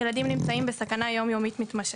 ילדים נמצאים בסכנה יום-יומית מתמשכת.